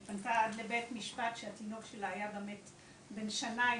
היא פנתה עד לבית משפט שהתינוק שלה היה באמת בן שנה עם